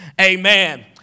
Amen